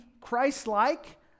Christ-like